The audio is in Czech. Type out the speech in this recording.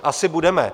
Asi budeme.